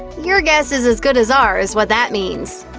your guess is as good as ours what that means.